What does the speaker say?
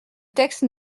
texte